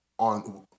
On